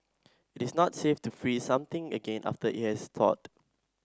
it is not safe to freeze something again after it has thawed